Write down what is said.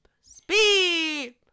speed